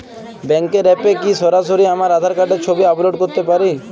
ব্যাংকের অ্যাপ এ কি সরাসরি আমার আঁধার কার্ডের ছবি আপলোড করতে পারি?